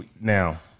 now